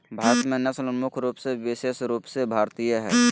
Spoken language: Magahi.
भारत में नस्ल मुख्य रूप से विशेष रूप से भारतीय हइ